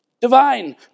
Divine